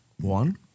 One